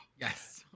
yes